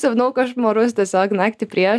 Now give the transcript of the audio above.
sapnavau košmarus tiesiog naktį prieš